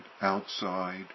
outside